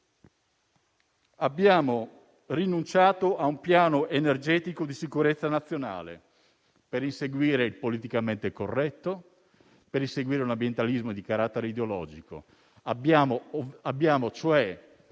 Abbiamo rinunciato a un piano energetico di sicurezza nazionale per inseguire il politicamente corretto, per inseguire un ambientalismo di carattere ideologico. Abbiamo cioè